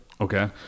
Okay